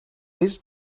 this